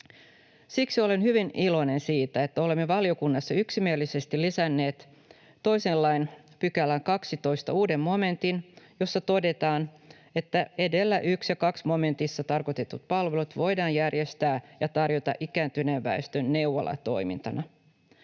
Siksi olen hyvin iloinen siitä, että olemme valiokunnassa yksimielisesti lisänneet toisen lain 12 §:ään uuden momentin, jossa todetaan, että edellä 1 ja 2 momentissa tarkoitetut palvelut voidaan järjestää ja tarjota ikääntyneen väestön neuvolatoimintana.